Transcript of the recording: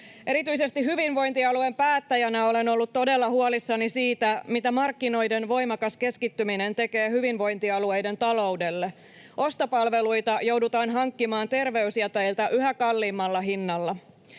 Erityisesti hyvinvointialueen päättäjänä olen ollut todella huolissani siitä, mitä markkinoiden voimakas keskittyminen tekee hyvinvointialueiden taloudelle. Ostopalveluita joudutaan hankkimaan terveysjäteiltä yhä kalliimmalla hinnalla.